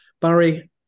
Barry